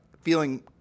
feeling